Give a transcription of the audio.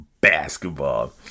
basketball